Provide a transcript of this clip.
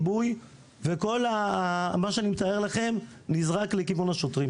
מה שאני מתאר לכם נזרק לכיוון השוטרים.